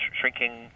shrinking